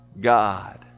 God